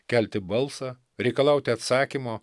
kelti balsą reikalauti atsakymo